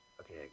Okay